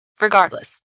Regardless